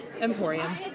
Emporium